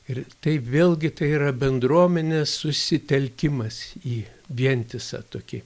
ir tai vėlgi tai yra bendruomenės susitelkimas į vientisą tokį